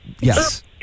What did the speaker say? Yes